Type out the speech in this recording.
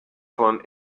von